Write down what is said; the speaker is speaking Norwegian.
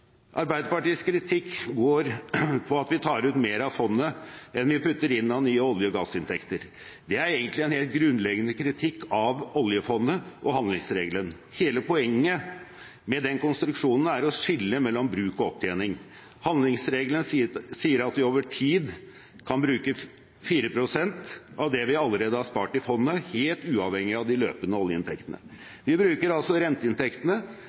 Arbeiderpartiets kritikk går på at vi tar ut mer av fondet enn vi putter inn av nye olje- og gassinntekter. Det er egentlig en helt grunnleggende kritikk av oljefondet og handlingsregelen. Hele poenget med den konstruksjonen er å skille mellom bruk og opptjening. Handlingsregelen sier at vi over tid kan bruke 4 pst. av det vi allerede har spart i fondet, helt uavhengig av de løpende oljeinntektene. Vi bruker altså renteinntektene,